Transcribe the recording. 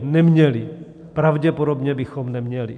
Neměli, pravděpodobně bychom neměli.